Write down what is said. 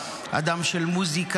אדם של מוזיקה,